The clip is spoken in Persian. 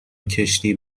کشتی